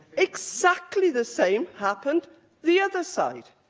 exactly the same happened the other side.